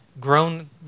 grown